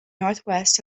northwest